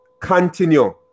continue